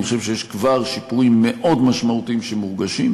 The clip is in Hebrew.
אני חושב שיש כבר שיפורים מאוד משמעותיים שמורגשים.